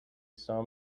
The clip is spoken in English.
saw